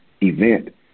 event